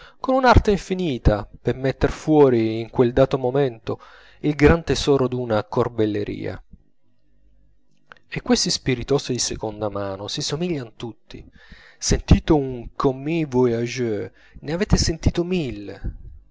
con un'arte infinita per metter fuori in quel dato momento il gran tesoro d'una corbelleria e questi spiritosi di seconda mano si somiglian tutti sentito un commis voyageur ne avete sentito mille